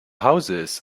houses